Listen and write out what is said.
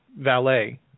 valet